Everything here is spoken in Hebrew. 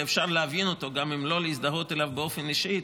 שאפשר להבין אותו גם אם לא להזדהות איתו באופן אישי,